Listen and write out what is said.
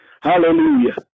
Hallelujah